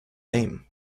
name